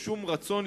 או שום רצון,